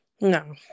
No